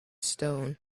stones